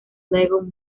lego